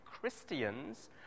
Christians